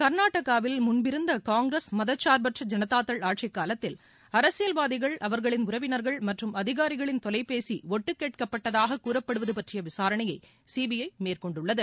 கர்நாடகாவில் முன்பிருந்த காங்கிரஸ மதகார்பற்ற ஜனதாதள் ஆட்சிக்காலத்தில் அரசியல்வாதிகள் அவர்களின் உறவினர்கள் மற்றும் அதிகாரிகளின் தொலைபேசி ஒட்டு கேட்கப்பட்டதுக கூறப்படுவது பற்றிய விசாரணையை சிபிஐ மேற்கொண்டுள்ளது